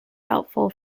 helpful